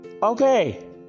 Okay